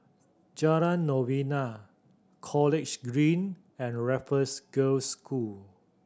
Jalan Novena College Green and Raffles Girls' School